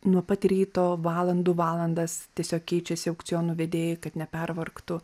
nuo pat ryto valandų valandas tiesiog keičiasi aukcionų vedėjai kad nepervargtų